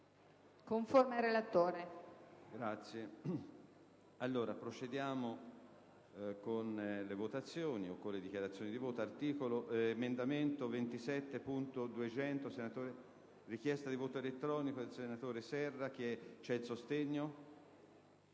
conforme al relatore.